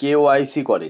KYC করে